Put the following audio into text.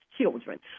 children